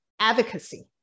advocacy